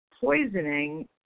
poisoning